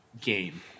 game